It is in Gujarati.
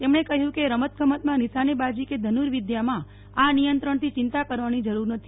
તેમણે કહ્યું કે રમતગમતમાં નિશાનેબાજી કે ધર્નુવિદ્યામાં આ નિયંત્રણથી ચિંતા કરવાની જરૂર નથી